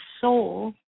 soul